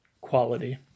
quality